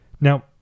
Now